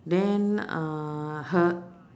then uh her